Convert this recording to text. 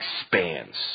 expands